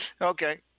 Okay